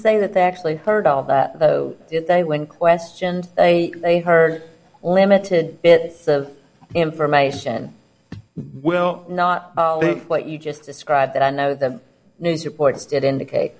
say that they actually heard all that though they when questioned they they heard or limited bit of information well not what you just described but i know the news reports did indicate